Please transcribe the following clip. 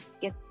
get